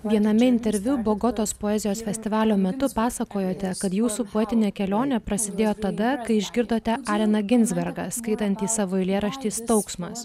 viename interviu bogotos poezijos festivalio metu pasakojote kad jūsų poetinė kelionė prasidėjo tada kai išgirdote aleną ginsbergą skaitantį savo eilėraštį staugsmas